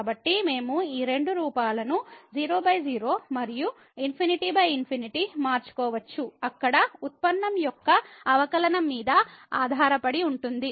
కాబట్టి మేము ఈ రెండు రూపాలను 00 మరియు ∞∞మార్చుకోవచ్చు అక్కడ ఉత్పన్నం యొక్క అవకలనం మీద ఆధారపడి ఉంటుంది